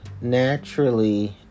naturally